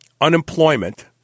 unemployment